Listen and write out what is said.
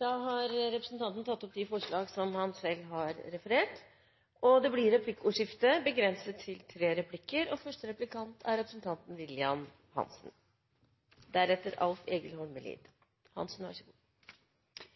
Representanten Harald T. Nesvik har tatt opp de forslag han refererte til. Det blir replikkordskifte. Jeg merket meg at representanten Harald T. Nesvik ikke med ett ord i sitt innlegg verken nevnte Fiskeridirektoratet eller var innom føringstilskuddet, som er